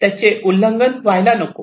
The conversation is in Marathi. त्यांचे उल्लंघन व्हायला नको